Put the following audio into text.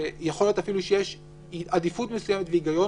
ויכול להיות אפילו שיש עדיפות מסוימת והיגיון